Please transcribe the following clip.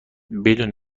بدون